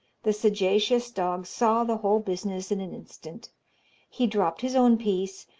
the sagacious dog saw the whole business in an instant he dropped his own piece,